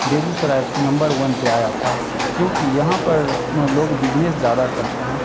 Begusarai number one पर आया था क्योंकि यहाँ पर में लोग बिजनेस ज़्यादा करते हैं